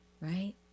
right